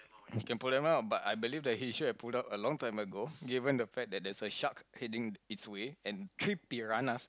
can pull them up but I believe that he should have pulled up a long time ago given the fact that there is a shark heading its way and three piranhas